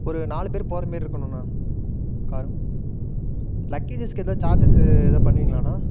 ஒரு நாலு பேர் போகிற மாதிரி இருக்கணும்ணா காரும் லக்கேஜஸுக்கு எதாவது சார்ஜஸு எதா பண்ணுவிங்களாண்ணா